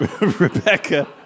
Rebecca